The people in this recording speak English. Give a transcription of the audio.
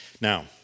Now